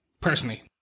personally